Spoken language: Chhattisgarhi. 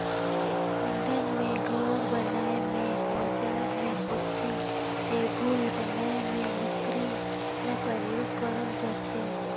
इंधन में, घर बनाए में, अउजार में, कुरसी टेबुल बनाए में लकरी ल परियोग करल जाथे